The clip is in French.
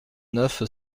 neuf